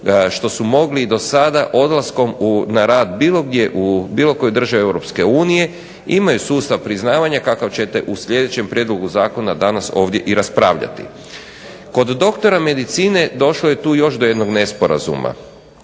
što su mogli do sada odlaskom na rad bilo gdje u bilo koju državu Europske unije imaju sustav priznavanja kakav ćete u sljedećem prijedlogu zakona danas ovdje i raspravljati. Kod doktora medicine došlo je tu još do jednog nesporazuma.